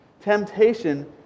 Temptation